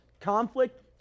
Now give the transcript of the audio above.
conflict